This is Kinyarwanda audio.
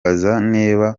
azaza